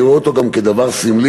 אני רואה אותו גם כדבר סמלי,